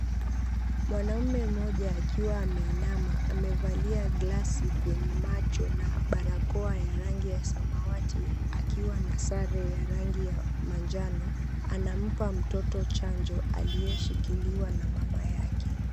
Mwanaume mmoja akiwa ameinama amevalia glasi kwenye macho na barakoa ya rangi ya samawati akiwa na sare ya rangi ya manjano anampa mtoto chanjo aliyeshikiliwa na mama yake.